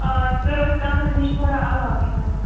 آ سُہ روزِ کمرٕ نِش تھوڑا علاوَے اۭں